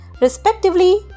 respectively